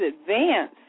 advance